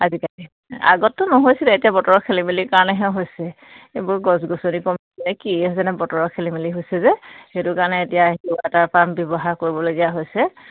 আজিকালি আগততো নহৈছিলে এতিয়া বতৰৰ খেলি মেলিৰ কাৰণেহে হৈছে এইবোৰ গছ গছনি কমি যায় কি হৈছে বতৰৰ খেলি মেলি হৈছে যে সেইটো কাৰণে এতিয়া ৱাটাৰ পাম্প ব্যৱহাৰ কৰিবলগীয়া হৈছে